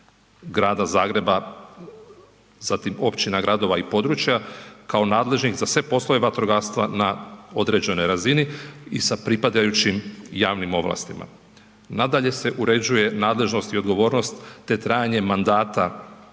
Grada Zagreba, zatim općina, gradova i područja kao nadležnih za sve poslove vatrogastva na određenoj razini i sa pripadajućim javnim ovlastima. Nadalje, se uređuje nadležnost i odgovornost te trajanje mandata